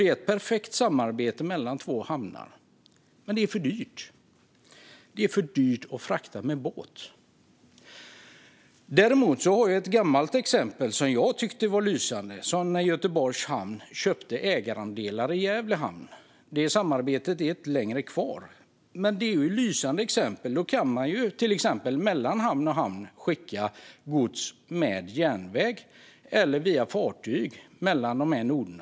Det är ett perfekt samarbete mellan två hamnar, men det är för dyrt. Det är för dyrt att frakta med båt. Jag har också ett gammalt exempel som jag tyckte var lysande, nämligen att Göteborgs Hamn köpte ägarandelar i Gävle Hamn. Det samarbetet är inte längre kvar, men det är ett lysande exempel. Då kan man till exempel skicka gods med järnväg eller via fartyg mellan dessa noder.